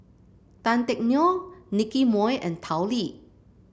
Tan Teck Neo Nicky Moey and Tao Li